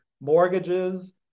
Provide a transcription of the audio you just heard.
Mortgages